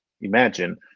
imagine